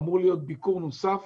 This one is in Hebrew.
אמור להיות ביקור נוסף